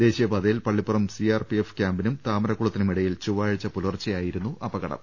ദേശീയപാതയിൽ പള്ളിപ്പുറം സിആർപിഎഫ് ക്യാമ്പിനും താമരക്കുളത്തിനും ഇടയിൽ ചൊപ്പാഴ്ച്ച പുലർച്ചെയായിരുന്നു അപകടം